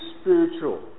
spiritual